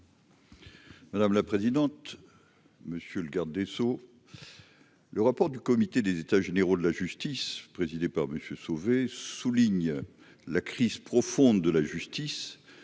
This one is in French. Madame la présidente, monsieur le garde des Sceaux, le rapport du comité des états généraux de la justice, présidé par monsieur Sauvé souligne la crise profonde de la justice,